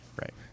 Right